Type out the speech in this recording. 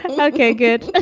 um okay, good. but